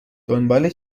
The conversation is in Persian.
دنبال